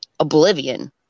Oblivion